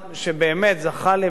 לתשבחות מקיר אל קיר,